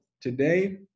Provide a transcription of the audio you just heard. today